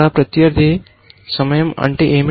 ప్రత్యర్థి సమయం అంటే ఏమిటి